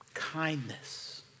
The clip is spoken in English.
kindness